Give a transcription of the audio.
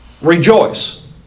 Rejoice